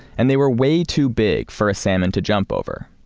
and they were way too big for a salmon to jump over.